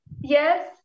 Yes